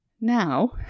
Now